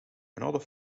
another